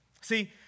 See